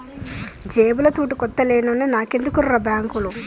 జేబుల తూటుకొత్త లేనోన్ని నాకెందుకుర్రా బాంకులు